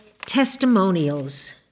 Testimonials